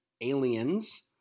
aliens